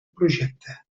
projecte